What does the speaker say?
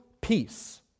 peace